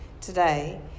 today